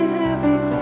heavy